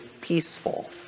peaceful